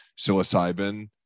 psilocybin